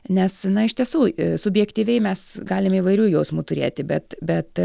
nes na iš tiesų subjektyviai mes galim įvairių jausmų turėti bet bet